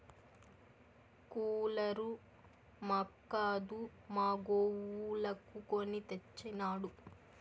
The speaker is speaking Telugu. కూలరు మాక్కాదు మా గోవులకు కొని తెచ్చినాడు